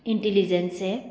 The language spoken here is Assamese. ইণ্টেলিজেন্সে